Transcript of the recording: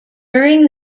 during